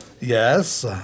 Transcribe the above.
Yes